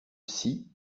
psy